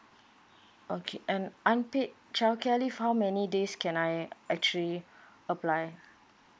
okay and unpaid childcare leave how many days can I actually apply